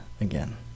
again